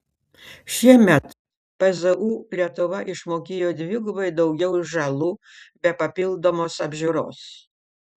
šiemet pzu lietuva išmokėjo dvigubai daugiau žalų be papildomos apžiūros